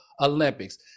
Olympics